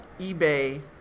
eBay